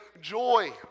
joy